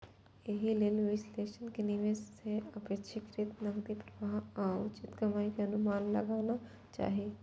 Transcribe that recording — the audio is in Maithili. एहि लेल विश्लेषक कें निवेश सं अपेक्षित नकदी प्रवाह आ उचित कमाइ के अनुमान लगाना चाही